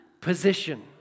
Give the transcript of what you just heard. Position